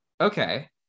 okay